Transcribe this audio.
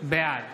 בעד